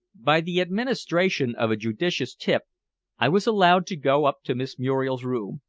by the administration of a judicious tip i was allowed to go up to miss muriel's room,